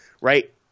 right